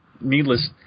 Needless